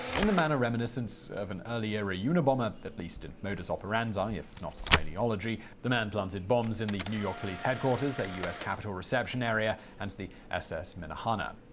in a manner reminiscent of an early era unabomber at least in modus operandi, if not ideology the man planted bombs in the new york police headquarters, a us capitol reception area, and the ss minnehana.